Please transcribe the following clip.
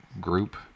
group